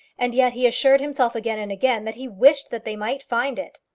and yet he assured himself again and again that he wished that they might find it.